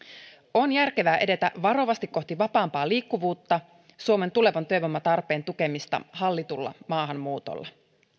on järkevää edetä varovasti kohti vapaampaa liikkuvuutta suomen tulevan työvoiman tarpeen tukemista hallitulla maahanmuutolla